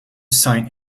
sign